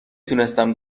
تونستم